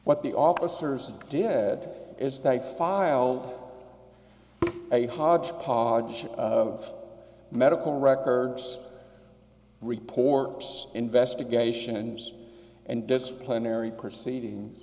what the officers dead is that filed a hodgepodge of medical records report investigation and and disciplinary proceedings